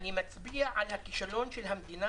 אני מצביע על הכישלון של המדינה,